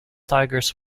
tigers